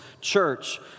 church